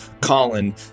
colin